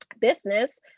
business